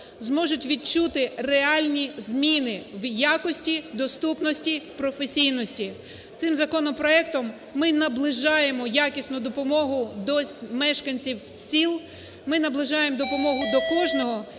зможуть відчути реальні зміни в якості, доступності, професійності. Цим законопроектом ми наближаємо якісну допомогу до мешканців сіл, ми наближаємо допомогу до кожного.